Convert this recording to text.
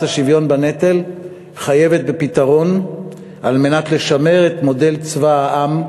השוויון בנטל חייבת בפתרון על מנת לשמר את מודל צבא העם,